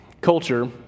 culture